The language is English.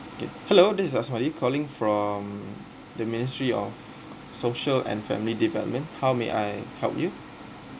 okay hello this is asmadi calling from the ministry of social and family development how may I help you